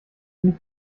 nicht